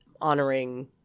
honoring